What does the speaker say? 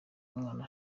umwana